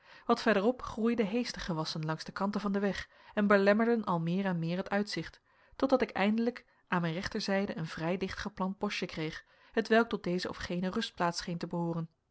wat verder op groeiden heestergewassen langs de kanten van den weg en belemmerden al meer en meer het uitzicht totdat ik eindelijk aan mijn rechterzijde een vrij dicht geplant boschje kreeg hetwelk tot deze of gene rustplaats scheen te behooren